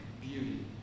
beauty